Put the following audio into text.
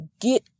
get